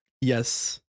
Yes